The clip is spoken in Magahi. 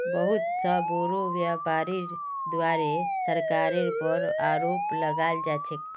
बहुत स बोरो व्यापीरीर द्वारे सरकारेर पर आरोप लगाल जा छेक